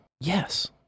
yes